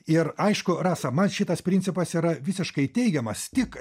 ir aišku rasa man šitas principas yra visiškai teigiamas tik